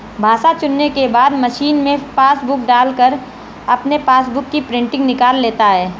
भाषा चुनने के बाद मशीन में पासबुक डालकर अपने पासबुक की प्रिंटिंग निकाल लेता है